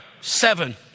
seven